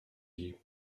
you